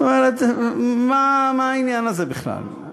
זאת אומרת, מה העניין הזה בכלל?